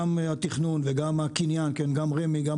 גם התכנון וגם הקניין גם רמ"י וגם